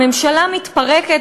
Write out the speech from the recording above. הממשלה מתפרקת,